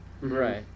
Right